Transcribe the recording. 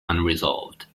unresolved